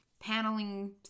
paneling